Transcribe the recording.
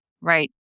Right